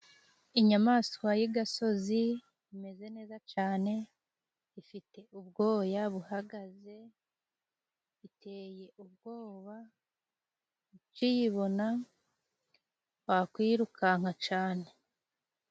Inyamaswa y'igasozi imeze neza cane, ifite ubwoya buhagaze. Iteye ubwoba ukiyibona wakwirukanka cane.